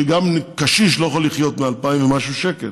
כי גם קשיש לא יכול לחיות מ-2,000 ומשהו שקל.